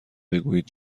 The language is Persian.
بگویید